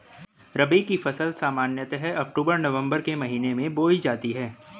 रबी की फ़सल सामान्यतः अक्तूबर नवम्बर के महीने में बोई जाती हैं